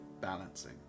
balancing